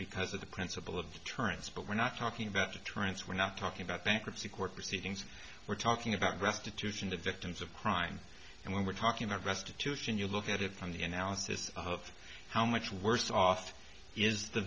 because of the principle of deterrence but we're not talking about deterrence we're not talking about bankruptcy court proceedings we're talking about restitution to victims of crime and when we're talking about restitution you look at it from the analysis of how much worse off is the